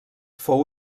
fou